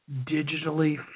digitally